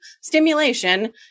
stimulation